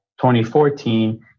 2014